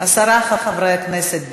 עשרה חברי כנסת בעד,